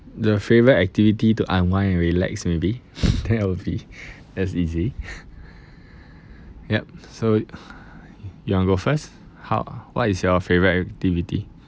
the favourite activity to unwind and relax maybe that will be that's easy yup so you want go first how what is your favourite activity